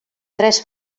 tres